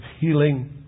healing